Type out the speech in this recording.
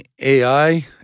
AI